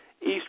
East